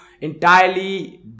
entirely